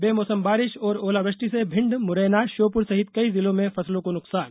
बेमौसम बारिश और ओलावृष्टि से भिंड मुरैना श्योपुर सहित कई जिलों में फसलों को नुकसान